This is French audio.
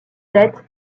têtes